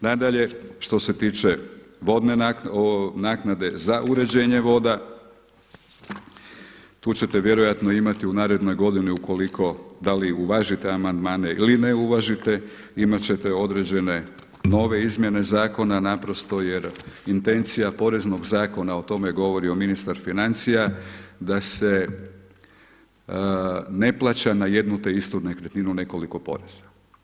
Nadalje, što se tiče vodne naknade za uređenje voda, tu ćete vjerojatno imati u narednoj godini ukoliko da li uvažite amandmane ili ne uvažite te, imat ćete određene nove izmjene zakona naprosto jer intencija Poreznog zakona o tome govori o ministar financija da se ne plaća na jednu te istu nekretninu nekoliko poreza.